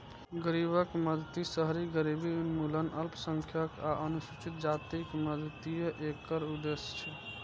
गरीबक मदति, शहरी गरीबी उन्मूलन, अल्पसंख्यक आ अनुसूचित जातिक मदति एकर उद्देश्य छै